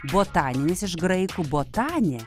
botaninis iš graikų botanė